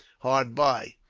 hard by.